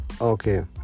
okay